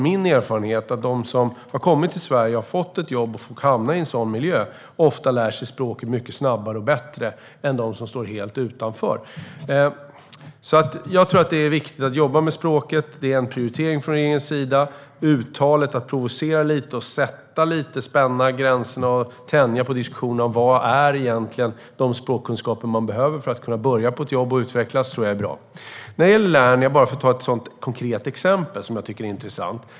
Min erfarenhet är att de som har kommit till Sverige och har fått ett jobb och hamnat i en sådan miljö ofta lär sig språket mycket snabbare och bättre än de som står helt utanför. Jag tror att det är viktigt att jobba med språket. Det är en prioritering från regeringens sida. Att provocera lite och tänja gränserna och diskussionerna och fråga sig vilka språkkunskaper som behövs för att man ska kunna börja på ett jobb och utvecklas tror jag är bra. När det gäller Lernia kan jag ta upp ett konkret exempel som jag tycker är intressant.